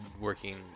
working